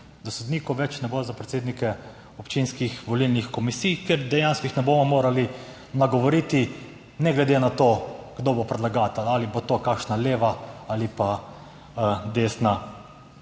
Da sodnikov več ne bo za predsednike občinskih volilnih komisij, ker jih dejansko ne bomo mogli nagovoriti ne glede na to, kdo bo predlagatelj, ali bo to kakšna leva ali pa desna